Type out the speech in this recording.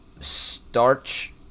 starch